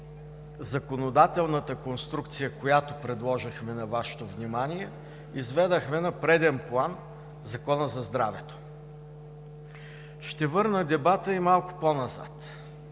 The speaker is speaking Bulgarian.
законодателната конструкция, която предложихме на Вашето внимание, изведохме на преден план Закона за здравето. Ще върна дебата и малко по-назад.